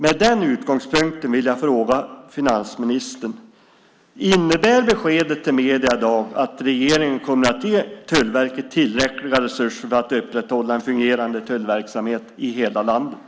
Med det som utgångspunkt vill jag fråga finansministern om beskedet till medierna i dag innebär att regeringen kommer att ge Tullverket tillräckliga resurser för att upprätthålla en fungerande tullverksamhet i hela landet.